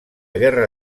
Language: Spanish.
guerra